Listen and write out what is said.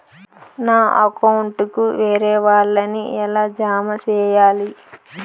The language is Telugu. నా అకౌంట్ కు వేరే వాళ్ళ ని ఎలా జామ సేయాలి?